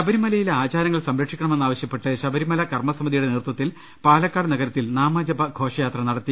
ശബരിമലയിലെ ആചാരങ്ങൾ സംരക്ഷിക്കണ മെന്നാവശ്യപ്പെട്ട് ശബരിമല കർമസമിതിയുടെ നേതൃത്വത്തിൽ പാലക്കാട് നഗരത്തിൽ നാമജപ ഘോഷയാത്ര നടത്തി